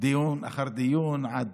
דיון אחר דיון עד